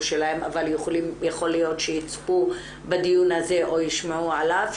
שלהם אבל יכול להיות שיצפו בדיון הזה או ישמעו עליו,